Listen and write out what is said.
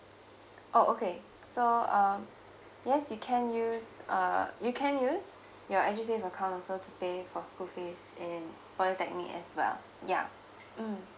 oh okay so uh yes you can use uh you can use your edusave account also to pay for school fees in polytechnic as well ya mm